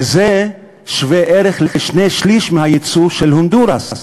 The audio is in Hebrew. שווה-ערך לשני-שלישים מהיצוא של הונדורס.